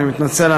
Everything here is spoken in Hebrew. אני מתנצל,